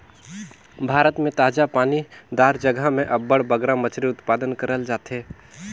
भारत में ताजा पानी दार जगहा में अब्बड़ बगरा मछरी उत्पादन करल जाथे